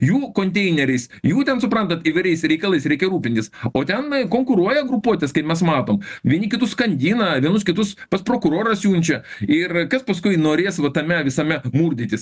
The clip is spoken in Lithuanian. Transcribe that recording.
jų konteineriais jų ten suprantat įvairiais reikalais reikia rūpintis o ten konkuruoja grupuotės kaip mes matom vieni kitus skandina vienus kitus pas prokurorą siunčia ir kas paskui norės va tame visame murdytis